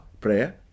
prayer